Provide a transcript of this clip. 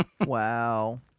Wow